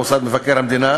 מוסד מבקר המדינה,